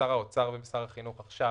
שר האוצר ושר החינוך עכשיו